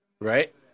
right